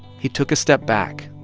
he took a step back,